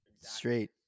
Straight